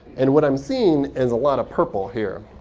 and what i'm seeing is a lot of purple here,